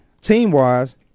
Team-wise